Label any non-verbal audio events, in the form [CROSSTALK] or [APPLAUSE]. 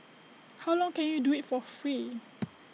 how long can you do IT for free [NOISE]